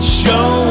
show